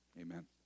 Amen